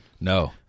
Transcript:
No